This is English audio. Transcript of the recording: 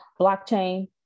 blockchain